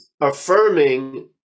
affirming